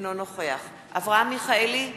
אינו נוכח אברהם מיכאלי,